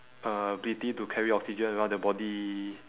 uh ability to carry oxygen around the body